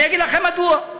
אני אגיד לכם מדוע.